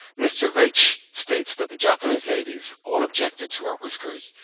mr. veitch states that the japanese ladies all objected to our whiskers,